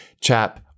chap